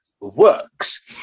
works